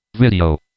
Video